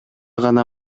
гана